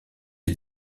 est